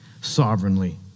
sovereignly